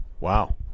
Wow